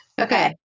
Okay